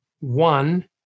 One